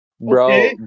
Bro